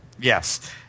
yes